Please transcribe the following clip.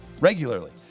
regularly